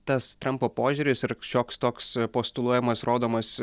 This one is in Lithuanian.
tas trampo požiūris ir šioks toks postuluojamas rodomas